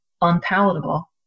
unpalatable